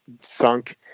sunk